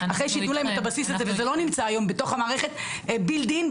אחרי שיתנו להם את הבסיס הזה וזה לא נמצא היום בתוך המערכת בילד אין,